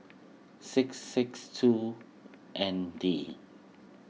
six six two N D